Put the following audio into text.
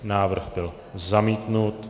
Návrh byl zamítnut.